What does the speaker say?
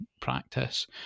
practice